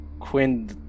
Quinn